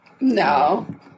No